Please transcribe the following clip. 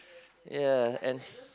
ya and